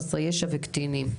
חסרי ישע וקטינים.